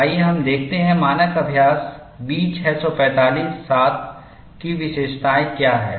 आइए हम देखते हैं मानक अभ्यास B645 07 की विशेषताएं क्या हैं